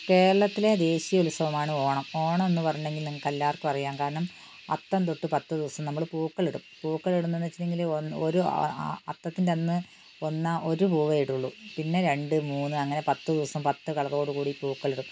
കേരളത്തിലെ ദേശീയ ഉത്സവമാണ് ഓണം ഓണമെന്ന് പറഞ്ഞെങ്കിൽ നിങ്ങള്ക്കെല്ലാവർക്കും അറിയാം കാരണം അത്തം തൊട്ട് പത്ത് ദിവസം നമ്മള് പൂക്കളമിടും പൂക്കളമിടുന്നുവെന്ന് വെച്ചിട്ടുണ്ടെങ്കില് ഒന്ന് ഒരു ആ അത്തത്തിൻ്റെയന്ന് ഒന്നാ ഒരു പൂവേ ഇടുകയുള്ളൂ പിന്നെ രണ്ട് മൂന്ന് അങ്ങനെ പത്ത് ദിവസം പത്ത് കളറോടുകൂടി പൂക്കളമിടും